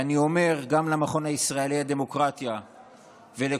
אני אומר גם למכון הישראלי לדמוקרטיה ולכל